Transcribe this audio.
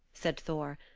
said thor,